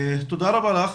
תודה רבה לך.